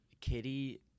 Kitty